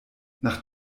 nach